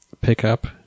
pickup